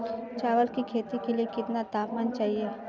चावल की खेती के लिए कितना तापमान चाहिए?